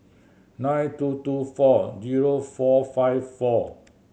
nine two two four zero four five four